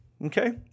Okay